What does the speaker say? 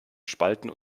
spalten